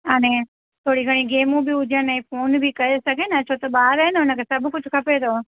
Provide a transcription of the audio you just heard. हाणे थोरी घणी गैमियूं बि हुजनि फोन बि करे सघे न छो त ॿारु आहे न हुनखे सभु कुझु खपे थो